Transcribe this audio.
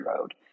road